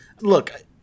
Look